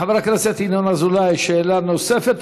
חבר הכנסת ינון אזולאי, שאלה נוספת.